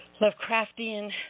Lovecraftian